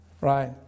right